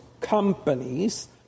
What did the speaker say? companies